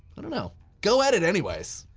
i don't know. go at it anyways.